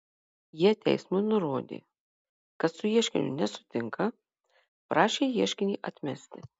jie teismui nurodė kad su ieškiniu nesutinka prašė ieškinį atmesti